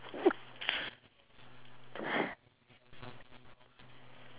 iya I would just eat it on its own yes